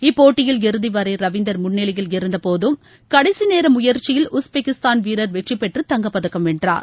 இப்போட்டியில் இறுதி வரை ரவீந்தர் முன்னிலையில் இருந்தபோதிலும் கடைசி நேர முயற்சியில் உஸ்பெகிஸ்தான் வீரர் வெற்றி பெற்று தங்கப்பதக்கம் வென்றார்